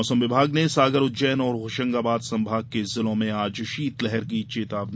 मौसम विभाग ने सागर उज्जैन और होशंगाबाद संभाग के जिलो में आज शीतलहर की दी चेतावनी